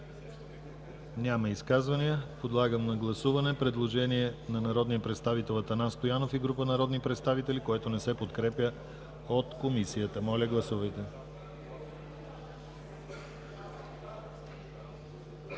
Няма изказвания. Подлагам на гласуване предложението на народния представител Атанас Стоянов и група народни представители, което не се подкрепя от Комисията. Гласували